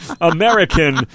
American